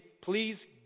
please